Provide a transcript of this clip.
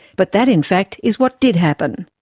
but that, in fact, is what did happen.